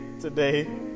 today